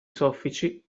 soffici